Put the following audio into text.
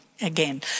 again